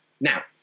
Now